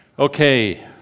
Okay